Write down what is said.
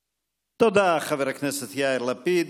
תודה, חבר הכנסת יאיר לפיד.